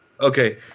Okay